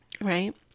right